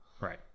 Right